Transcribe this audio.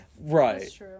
right